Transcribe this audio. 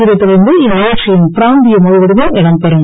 இதைத் தொடர்ந்து இந்நிகழ்ச்சியின் பிராந்திய மொழி வடிவம் இடம் பெறும்